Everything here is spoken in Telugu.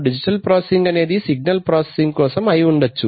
డిజిటల్ ప్రాసెసింగ్ అనేది సిగ్నల్ ప్రొసెసింగ్ కోసం అయి ఉండొచ్చు